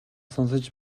сонсож